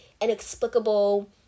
inexplicable